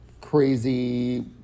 crazy